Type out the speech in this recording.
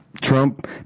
Trump